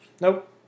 nope